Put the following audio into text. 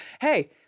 hey